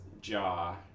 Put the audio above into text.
jaw